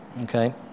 okay